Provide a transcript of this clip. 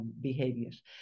behaviors